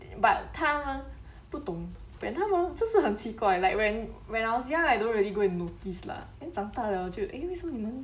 but 他们不懂 but 他们就是很奇怪 like when when I was young I dont really go and notice lah then 长大了就 eh 为什么你门